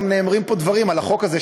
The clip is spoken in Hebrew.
גם נאמרים פה דברים על החוק הזה,